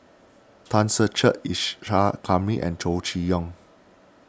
Tan Ser Cher Isa Kamari and Chow Chee Yong